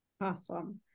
Awesome